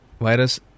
virus